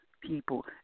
people